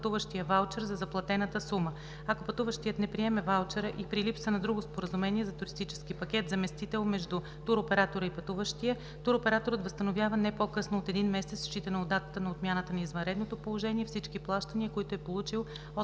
пътуващия ваучер за заплатената сума. Ако пътуващият не приеме ваучера и при липса на друго споразумение за туристически пакет – заместител между туроператора и пътуващия, туроператорът възстановява не по-късно от един месец, считано от датата на отмяната на извънредното положение всички плащания, които е получил от